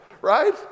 right